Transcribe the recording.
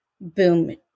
boom